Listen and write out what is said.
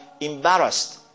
embarrassed